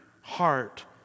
heart